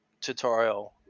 tutorial